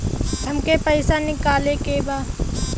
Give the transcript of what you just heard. हमके पैसा निकाले के बा